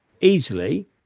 easily